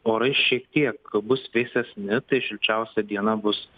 orai šiek tiek bus vėsesni tai šilčiausia diena bus